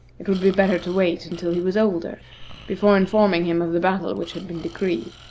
it would be better to wait until he was older before informing him of the battle which had been decreed.